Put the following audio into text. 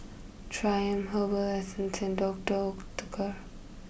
Triumph Herbal Essences and Doctor Oetker